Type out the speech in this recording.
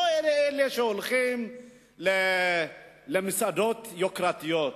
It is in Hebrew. לא אלה שהולכים למסעדות יוקרתיות,